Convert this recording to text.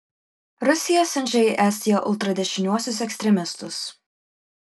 rusija siunčia į estiją ultradešiniuosius ekstremistus